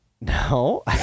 No